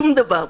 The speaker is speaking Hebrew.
שום דבר.